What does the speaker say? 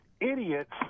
idiots